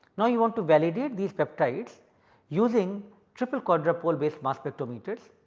now, you want to validate these peptides using triple quadrupole based mass spectrometers.